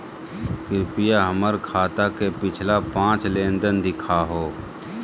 कृपया हमर खाता के पिछला पांच लेनदेन देखाहो